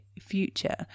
future